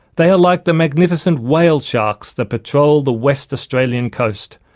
they are like the magnificent whale sharks that patrol the west australian coast,